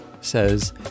says